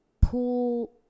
pull